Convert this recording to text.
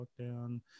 lockdown